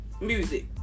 music